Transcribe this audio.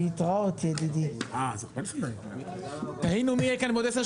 לרבות במכרז; קביעת מכסות